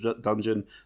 Dungeon